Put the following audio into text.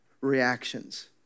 reactions